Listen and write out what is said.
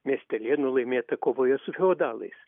miestelėnų laimėta kovoje su feodalais